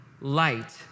light